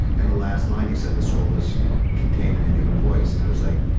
and the last line he said, the soul is contained in the human voice. and i was like,